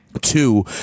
two